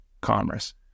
commerce